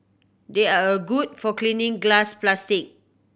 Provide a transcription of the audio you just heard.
they are a good for cleaning glass plastic